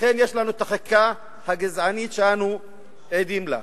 ולכן יש לנו החקיקה הגזענית שאנו עדים לה.